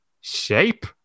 Shape